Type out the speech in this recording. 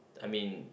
I mean